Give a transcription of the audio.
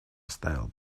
оставил